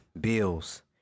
bills